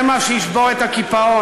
זה מה שישבור את הקיפאון,